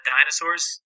Dinosaurs